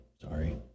Sorry